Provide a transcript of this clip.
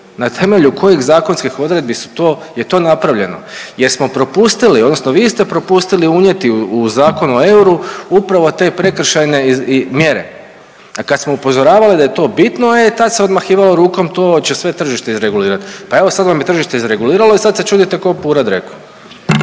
na temelju kojih zakonskih odredbi su to, je to napravljeno jer smo propustili odnosno vi ste propustili unijeti u Zakon o euru upravo te prekršajne mjere, a kad smo upozoravali da je to bitno, e tad se odmahivalo rukom to će sve tržište izregulirat, pa evo sad vam je tržište izreguliralo i sad se čudite ko pura dreku.